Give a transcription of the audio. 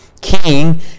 king